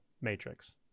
matrix